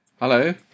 Hello